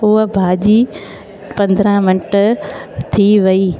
उहा भाॼी पंद्रहां मिंट थी वेई